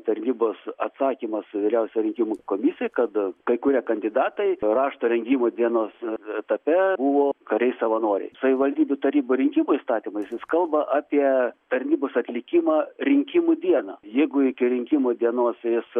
tarnybos atsakymas vyriausiajai rinkimų komisijai kad kai kurie kandidatai rašto rengimo dienos etape buvo kariai savanoriai savivaldybių tarybų rinkimų įstatymas jis kalba apie tarnybos atlikimą rinkimų dieną jeigu iki rinkimų dienos jis